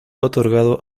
otorgado